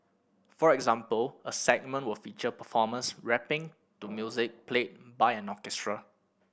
for example a segment will feature performers rapping to music played by an orchestra